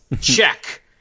check